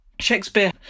Shakespeare